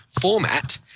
format